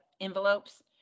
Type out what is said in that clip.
envelopes